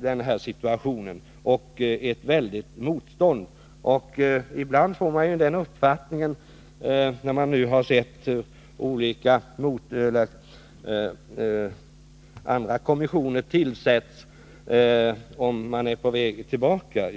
denna situation och ett väldigt motstånd. Ibland får man ju den uppfattningen, när man ser olika kommissioner tillsättas, att utvecklingen är på väg tillbaka.